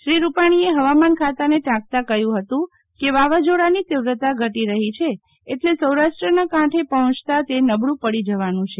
શ્રી રૂપાણીએ હવામાન ખાતાને ટાંકતા કહ્યું હતું કે વાવાઝોડાની તિવ્રતા ઘટી રહી છે એટલે સૌરાષ્ટ્રના કાંઠે પહોંચતા તે નબળું પડી જવાનું છે